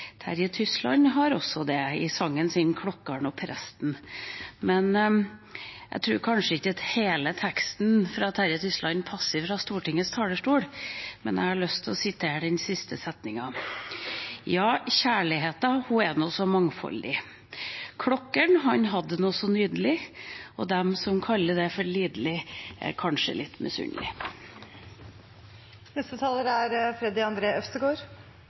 Terje Tysland har også det i sangen sin «Klokker’n». Jeg tror kanskje ikke hele teksten til Terje Tysland passer fra Stortingets talerstol, men jeg har lyst til å sitere de siste setningene: «Ja, Kjærligheita e’ jo så mangfoldig Klokker’n han hadd de’ jo så nydelig og dæm som kalle de’ for lidelig e’ kanskje litt misunnelig» Dette er